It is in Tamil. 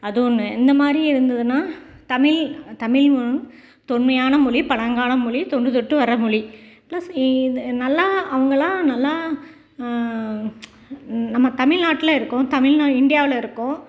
அது ஒன்று இந்த மாதிரி இருந்ததுனா தமிழ் தமிழ் தொன்மையான மொழி பழங்காலம் மொழி தொன்று தொட்டு வர்ற மொழி ப்ளஸ் நல்லா அவங்கெல்லாம் நல்லா நம்ம தமிழ்நாட்டில் இருக்கோம் தமிழ்நா இந்தியாவில் இருக்கோம்